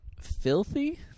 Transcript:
filthy